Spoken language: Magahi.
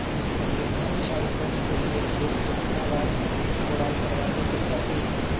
एक अच्छा उपज के लिए खेत के केतना बार कओराई करबआबे के चाहि?